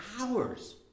hours